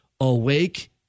awake